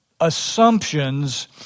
assumptions